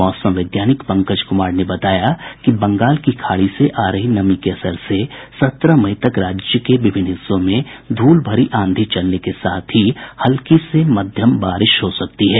मौसम वैज्ञानिक पंकज कुमार ने बताया कि बंगाल की खाड़ी से आ रही नमी के असर से सत्रह मई तक राज्य के विभिन्न हिस्सों में धूल भरी आंधी चलने के साथ ही हल्की से मध्यम बारिश हो सकती है